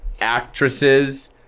actresses